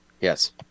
Yes